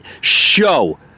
show